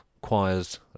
choirs